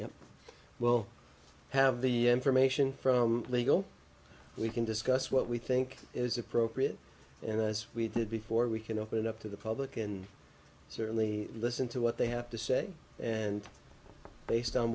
know well have the information from legal we can discuss what we think is appropriate and as we did before we can open up to the public and certainly listen to what they have to say and based on